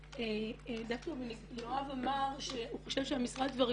דווקא יואב אמר שהוא חושב שהמשרד כבר